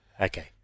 Okay